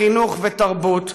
חינוך ותרבות,